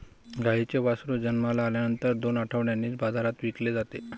गाईचे वासरू जन्माला आल्यानंतर दोन आठवड्यांनीच बाजारात विकले जाते